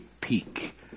peak